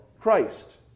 Christ